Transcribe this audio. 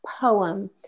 poem